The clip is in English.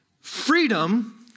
freedom